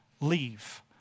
leave